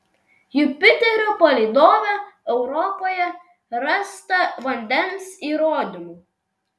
jupiterio palydove europoje rasta vandens įrodymų